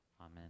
Amen